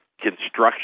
construction